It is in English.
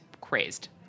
crazed